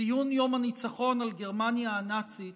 ציון יום הניצחון על גרמניה הנאצית